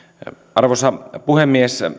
arvoisa puhemies